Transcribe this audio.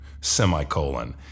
semicolon